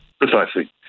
Precisely